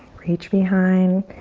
reach behind.